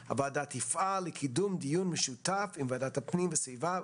8. הוועדה תפעל לקידום דיון משותף עם ועדת הפנים והסביבה,